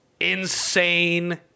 Insane